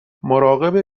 مراقب